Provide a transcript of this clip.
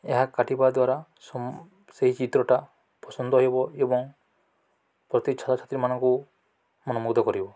ଏହା କାଟିବା ଦ୍ୱାରା ସେହି ଚିତ୍ରଟା ପସନ୍ଦ ହେବ ଏବଂ ପ୍ରତି ଛାତ୍ରଛାତ୍ରୀମାନଙ୍କୁ ଅନୁମୋଦ କରିବ